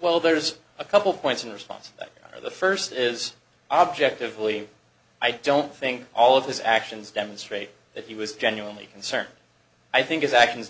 well there's a couple points in response the first is objectively i don't think all of his actions demonstrate that he was genuinely concerned i think its actions